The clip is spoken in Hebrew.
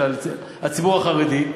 הציבור החרדי.